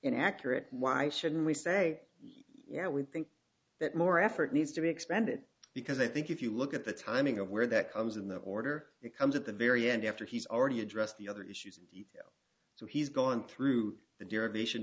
inaccurate why shouldn't we say yeah we think that more effort needs to be expended because i think if you look at the timing of where that comes in the order it comes at the very end after he's already addressed the other issues so he's gone through the derivation